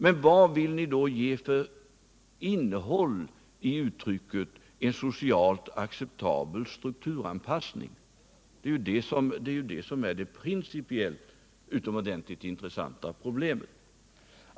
Men vad vill ni då ge för innehåll åt uttrycket ”en socialt acceptabel strukturanpassning”? Det är det som är det principiellt utomordentligt intressanta problemet.